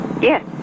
Yes